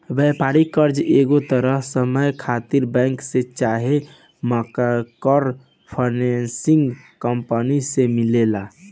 व्यापारिक कर्जा एगो तय समय खातिर बैंक से चाहे माइक्रो फाइनेंसिंग कंपनी से मिलेला